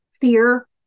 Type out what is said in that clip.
fear